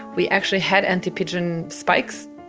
we actually had anti-pigeon spikes.